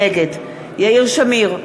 נגד יאיר שמיר,